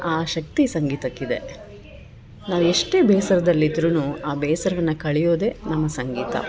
ಆ ಶಕ್ತಿ ಸಂಗೀತಕ್ಕಿದೆ ನಾವೆಷ್ಟೇ ಬೇಸರದಲ್ಲಿದ್ರೂ ಆ ಬೇಸರವನ್ನ ಕಳೆಯೋದೇ ನಮ್ಮ ಸಂಗೀತ